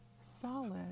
solid